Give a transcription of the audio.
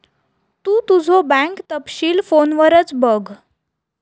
तु तुझो बँक तपशील फोनवरच बघ